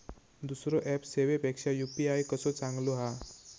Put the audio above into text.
दुसरो ऍप सेवेपेक्षा यू.पी.आय कसो चांगलो हा?